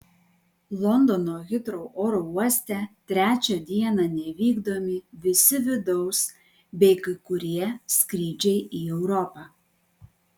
londono hitrou oro uoste trečią dieną nevykdomi visi vidaus bei kai kurie skrydžiai į europą